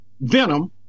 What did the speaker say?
venom